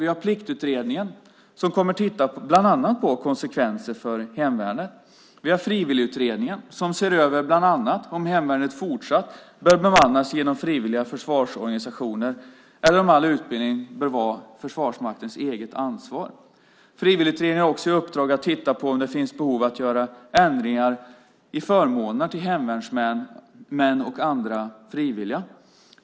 Vi har Pliktutredningen, som bland annat kommer att titta på konsekvenser för hemvärnet. Vi har Frivilligutredningen, som bland annat ser över om hemvärnet fortsatt bör bemannas genom frivilliga försvarsorganisationer eller om all utbildning bör vara Försvarsmaktens eget ansvar. Frivilligutredningen har också i uppdrag att titta på om det finns behov av att göra ändringar i förmåner till hemvärnsmän och andra frivilliga.